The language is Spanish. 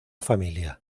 familia